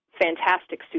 fantastic